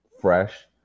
fresh